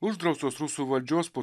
uždraustos rusų valdžios po